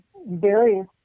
various